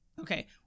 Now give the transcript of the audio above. Okay